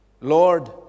Lord